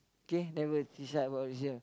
okay never teach us about racism